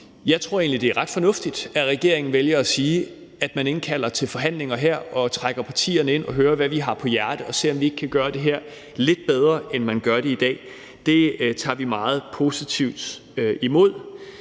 Jeg tror egentlig, det er ret fornuftigt, at regeringen vælger at sige, at man indkalder til forhandlinger her og trækker partierne ind og hører, hvad vi har på hjerte, og ser, om vi ikke kan gøre det her lidt bedre, end man gør det i dag. Det tager vi meget positivt imod.